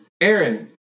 Aaron